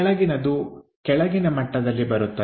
ಕೆಳಗಿನದು ಕೆಳಗಿನ ಮಟ್ಟದಲ್ಲಿ ಬರುತ್ತದೆ